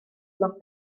mor